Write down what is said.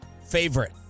Favorite